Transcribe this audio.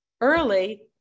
early